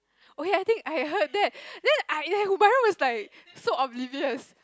okay I think I heard that then I ya Byron was like so oblivious